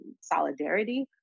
solidarity